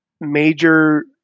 major